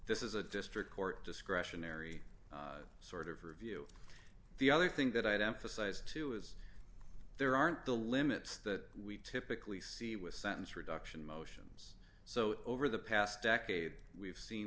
this is a district court discretionary sort of review the other thing that i'd emphasize too is there aren't the limits that we typically see with sentence reduction motions so over the past decade we've seen